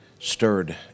stirred